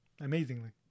amazingly